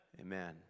Amen